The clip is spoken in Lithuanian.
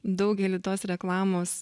daugelį tos reklamos